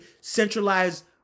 centralized